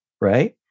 right